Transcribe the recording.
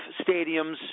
stadiums